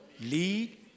lead